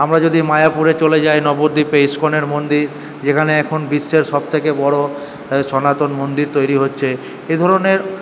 আমরা যদি মায়াপুরে চলে যাই নবদ্বীপে ইস্কনের মন্দির যেখানে এখন বিশ্বের সব থেকে বড় সনাতন মন্দির তৈরি হচ্ছে এধরনের